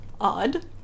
odd